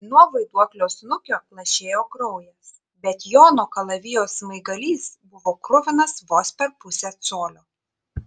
nuo vaiduoklio snukio lašėjo kraujas bet jono kalavijo smaigalys buvo kruvinas vos per pusę colio